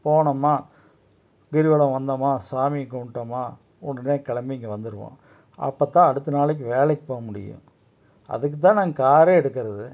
போனோமா கிரிவலம் வந்தோம்மா சாமியை கும்பிட்டோமா உடனே கிளம்பி இங்கே வந்துடுவோம் அப்போதான் அடுத்த நாளைக்கு வேலைக்கு போக முடியும் அதுக்குதான் நாங்கள் காரே எடுக்கிறது